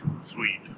sweet